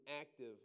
active